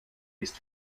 ist